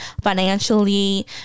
financially